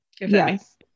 Yes